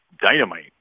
dynamite